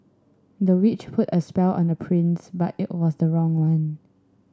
the witch put a spell on the prince but it was the wrong one